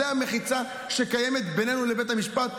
זו המחיצה שקיימת בינינו לבין בית המשפט.